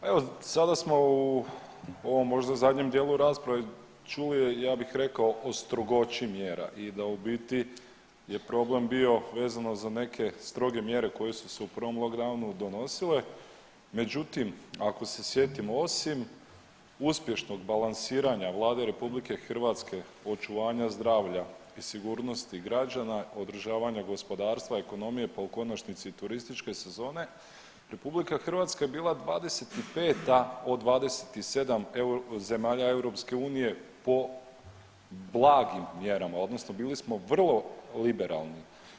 Evo sada smo u ovom možda zadnjem dijelu rasprave čuli, ja bih rekao o strogoći mjera i da u biti je problem bio vezano za neke stroge mjere koje su se u prvo lockdownu donosile, međutim ako se sjetimo osim uspješnog balansiranja Vlade RH u očuvanju zdravlja i sigurnosti građana, održavanja gospodarstva, ekonomije pa u konačnici i turističke sezone, RH je bila 25. od 27. zemalja EU po blagim mjerama odnosno bili smo vrlo liberalni.